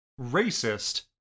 racist